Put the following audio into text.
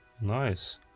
nice